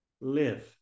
live